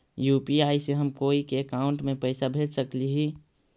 UPI से हम कोई के अकाउंट में पैसा भेज सकली ही?